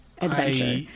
Adventure